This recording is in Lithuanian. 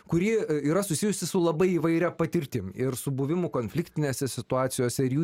kuri yra susijusi su labai įvairia patirtim ir su buvimu konfliktinėse situacijose ir jų